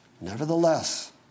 Nevertheless